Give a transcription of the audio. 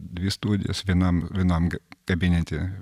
dvi studijas vienam vienam kabinete